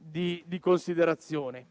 di considerazioni,